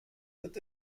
wird